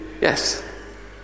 Yes